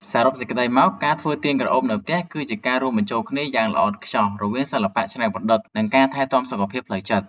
សរុបសេចក្ដីមក ការធ្វើទៀនក្រអូបនៅផ្ទះ គឺជាការរួមបញ្ចូលគ្នាយ៉ាងល្អឥតខ្ចោះរវាង សិល្បៈច្នៃប្រឌិត និងការថែទាំសុខភាពផ្លូវចិត្ត។